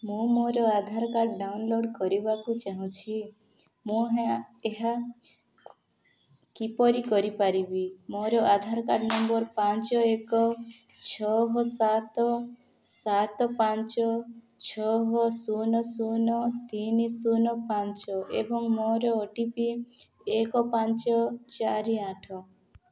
ମୁଁ ମୋର Aadhaar card download କରିବାକୁ ଚାହୁଁଛି ମୁଁ ଏହା କିପରି କରିପାରିବି ମୋର ଆଧାର ନମ୍ବର ପାଞ୍ଚ ଏକ ଛଅ ସାତ ସାତ ପାଞ୍ଚ ଛଅ ଶୂନ ଶୂନ ତିନି ଶୂନ ପାଞ୍ଚ ଏବଂ ମୋର ଓ ଟି ପି ଏକ ପାଞ୍ଚ ଚାରି ଆଠ